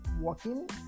walking